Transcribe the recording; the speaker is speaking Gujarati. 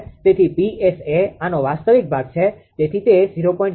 તેથી 𝑃𝑠 એ આનો વાસ્તવિક ભાગ છે તેથી તે 0